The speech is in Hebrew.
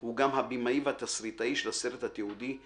הוא גם הבמאי והתסריטאי של הסרט התיעודי "ישורון: